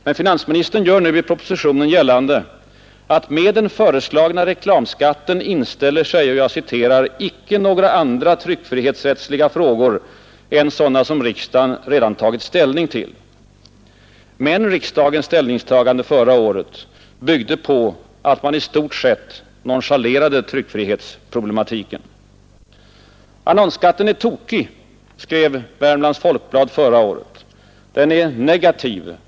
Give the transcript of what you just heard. Men finansministern gör nu i propositionen gällande, att med den föreslagna reklamskatten inställer sig ”icke några andra tryckfrihetsrättsliga frågor än sådana som riksdagen redan tagit ställning till”. Men riksdagens ställningstagande förra året byggde på att man i stort sett nonchalerade tryckfrihetsproblematiken ”Annonsskatten är tokig”, skrev Värmlands Folkblad förra året, ”den är en negativ faktor.